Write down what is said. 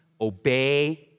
obey